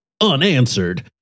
unanswered